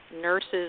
nurse's